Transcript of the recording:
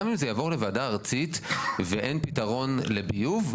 גם אם זה יעבור לוועדה ארצית ואין פתרון לביוב,